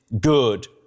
good